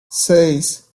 seis